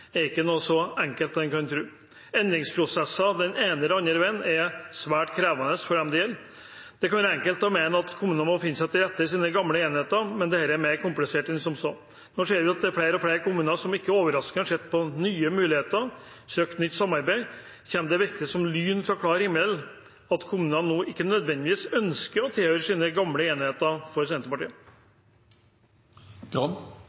er ikke så enkelt som man kan tro. Endringsprosesser den ene eller andre veien er svært krevende for dem det gjelder. Det kan være enkelt å mene at kommunene må finne seg til rette i sine gamle enheter, men dette er mer komplisert enn som så. Nå ser vi at flere og flere kommuner ikke overraskende har sett på nye muligheter og søkt nytt samarbeid. Kommer det virkelig som lyn fra klar himmel for Senterpartiet at kommuner nå ikke nødvendigvis ønsker å tilhøre sine gamle